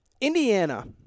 Indiana